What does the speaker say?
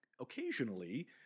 occasionally